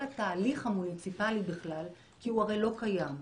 התהליך המוניציפלי כי הוא לא קיים.